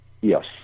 Yes